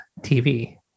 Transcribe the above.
TV